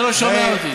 אתה לא שומע אותי.